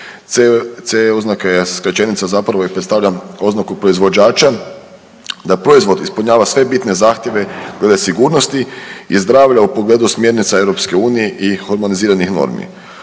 CE oznaka je skraćenica zapravo i predstavlja oznaku proizvođača da proizvod ispunjava sve bitne zahtjeve glede sigurnosti i zdravlja u pogledu smjernica Europske unije i hormoniziranih normi.